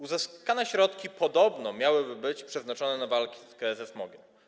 Uzyskane środki podobno miałyby być przeznaczone na walkę ze smogiem.